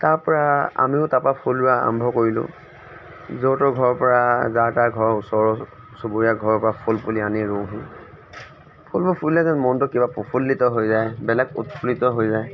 তাৰপৰা আমিও তাপা ফুল ৰোৱা আৰম্ভ কৰিলোঁ য'ৰ ত'ৰ ঘৰৰ পৰা যাৰ তাৰ ঘৰৰ ওচৰৰ চুবুৰীয়া ঘৰৰ পৰা ফুল পুলি আনি ৰুওঁহি ফুলবোৰ ফুলিলে যেন মনটো কিবা প্ৰফুল্লিত হৈ যায় বেলেগ উৎফুল্লিত হৈ যায়